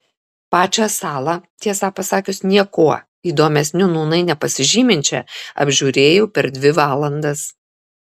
pačią salą tiesą pasakius niekuo įdomesniu nūnai nepasižyminčią apžiūrėjau per dvi valandas